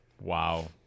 Wow